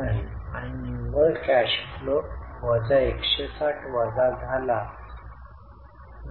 समकक्षातील cash flow तील विधानातील बदलांशी जुळते की नाही हे पाहण्यासाठी आपण संपूर्ण कॅश फ्लो स्टेटमेन्टची गणना करत आहोत